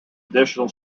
additional